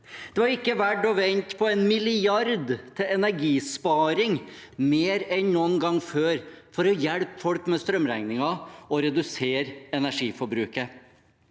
Det var ikke verdt å vente på en milliard til energisparing – mer enn noen gang før, for å hjelpe folk med strømregningen og redusere energiforbruket.